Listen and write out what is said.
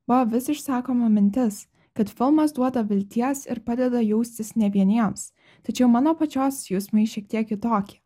buvo vis išsakoma mintis kad filmas duoda vilties ir padeda jaustis ne vieniems tačiau mano pačios jausmai šiek tiek kitokie